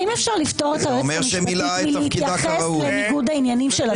האם אפשר לפטור את היועצת המשפטית מלהתייחס לניגוד העניינים של עצמה?